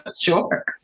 Sure